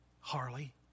Harley